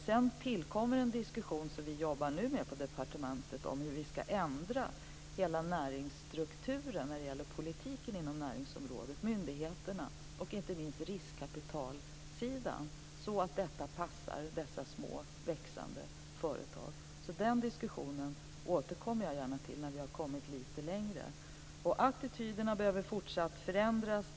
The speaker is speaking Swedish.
Sedan tillkommer en diskussion som vi nu jobbar med på departementet om hur vi ska ändra hela näringsstrukturen när det gäller politiken inom näringsområdet, myndigheterna och inte minst riskkapitalsidan så att detta passar dessa små och växande företag. Den diskussionen återkommer jag därför gärna till när vi har kommit lite längre. Attityderna behöver fortsatt förändras.